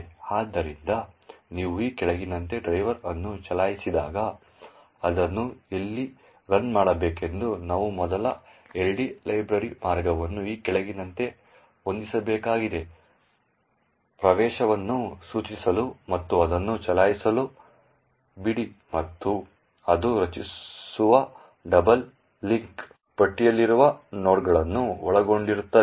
ಆದ್ದರಿಂದ ನೀವು ಈ ಕೆಳಗಿನಂತೆ ಡ್ರೈವರ್ ಅನ್ನು ಚಲಾಯಿಸಿದಾಗ ಅದನ್ನು ಎಲ್ಲಿ ರನ್ ಮಾಡಬೇಕೆಂದು ನಾವು ಮೊದಲು LD ಲೈಬ್ರರಿ ಮಾರ್ಗವನ್ನು ಈ ಕೆಳಗಿನಂತೆ ಹೊಂದಿಸಬೇಕಾಗಿದೆ ಪ್ರವೇಶವನ್ನು ಸೂಚಿಸಲು ಮತ್ತು ಅದನ್ನು ಚಲಾಯಿಸಲು ಬಿಡಿ ಮತ್ತು ಅದು ಎ ಬಿ ಮತ್ತು ಸಿ ರಚಿಸುವ ಡಬಲ್ ಲಿಂಕ್ ಪಟ್ಟಿಯಲ್ಲಿರುವ ನೋಡ್ಗಳನ್ನು ಒಳಗೊಂಡಿರುತ್ತದೆ